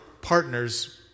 partners